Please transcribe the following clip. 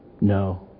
No